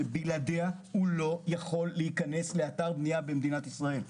שבלעדיה הוא לא יוכל להיכנס לאתר בנייה במדינת ישראל.